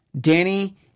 danny